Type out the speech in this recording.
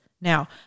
now